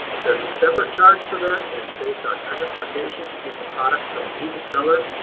if there's a separate charge for that and it's based on transportation to get the product from me, the seller,